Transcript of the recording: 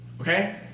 okay